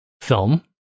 film